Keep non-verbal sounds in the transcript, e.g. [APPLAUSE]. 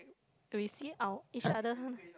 we see our each other [NOISE]